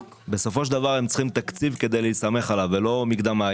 בסופו של דבר הן צריכות תקציב כדי להסתמך עליו ולא מקדמה.